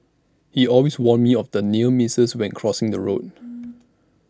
he always warn me of the near misses when crossing the road